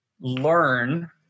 learn